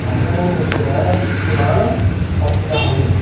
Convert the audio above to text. her name is jomana jomana altanowy,